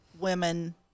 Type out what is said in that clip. women